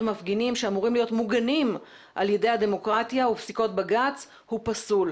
מפגינים שאמורים להיות מוגנים על ידי הדמוקרטיה ופסיקות בג"צ הוא פסול,